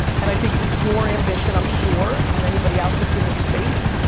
and i think your ambition, i'm sure, and anybody else that's in this space,